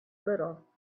little